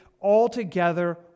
altogether